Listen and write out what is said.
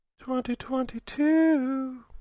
2022